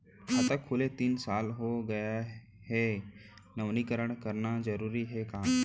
खाता खुले तीन साल हो गया गये हे नवीनीकरण कराना जरूरी हे का?